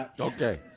Okay